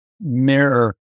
mirror